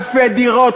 אלפי דירות,